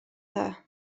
dda